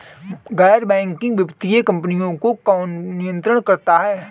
गैर बैंकिंग वित्तीय कंपनियों को कौन नियंत्रित करता है?